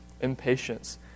Impatience